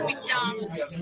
McDonald's